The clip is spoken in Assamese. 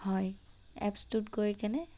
হয় এপচটোত গৈ কেনে